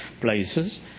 places